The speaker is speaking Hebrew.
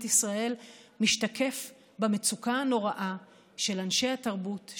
ישראל משתקף במצוקה הנוראה של אנשי התרבות,